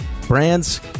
brands